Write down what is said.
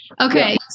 Okay